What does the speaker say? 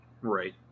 Right